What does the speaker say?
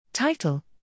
Title